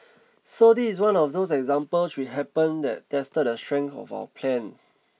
so this is one of those example which happen that tested the strength of our plan